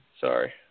sorry